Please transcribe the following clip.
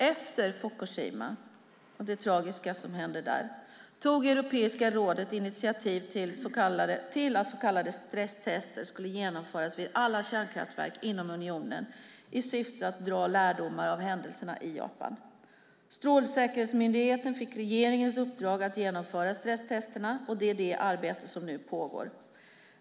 Efter Fukushima och det tragiska som hände där tog Europeiska rådet initiativ till att så kallade stresstester skulle genomföras vid alla kärnkraftverk inom unionen i syfte att dra lärdomar av händelserna i Japan. Strålsäkerhetsmyndigheten fick regeringens uppdrag att genomföra stresstesterna, och det är detta arbete som nu pågår.